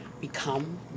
become